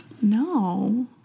No